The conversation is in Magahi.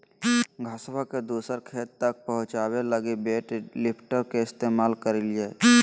घसबा के दूसर खेत तक पहुंचाबे लगी वेट लिफ्टर के इस्तेमाल करलियै